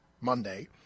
Monday